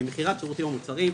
ממכירת שירותים או מוצרים,